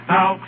Now